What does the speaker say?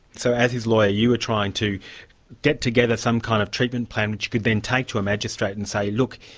so as his lawyer you were trying to get together some kind of treatment plan which you could then take to a magistrate and say look,